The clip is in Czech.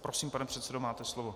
Prosím, pane předsedo, máte slovo.